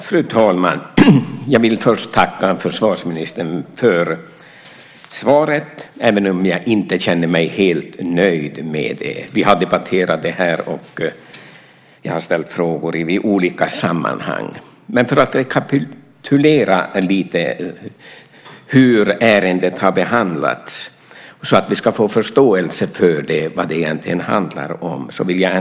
Fru talman! Jag tackar försvarsministern för svaret, även om jag inte känner mig helt nöjd med det. Vi har debatterat detta, och jag har ställt frågor i olika sammanhang. Jag ska rekapitulera lite grann hur ärendet har behandlats så att vi ska få förståelse för vad det egentligen handlar om.